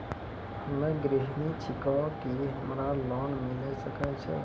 हम्मे गृहिणी छिकौं, की हमरा लोन मिले सकय छै?